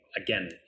again